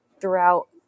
throughout